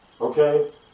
Okay